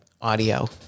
audio